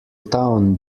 town